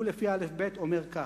לפי האל"ף-בי"ת הוא אומר כך: